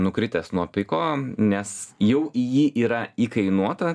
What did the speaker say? nukritęs nuo piko nes jau į jį yra įkainuota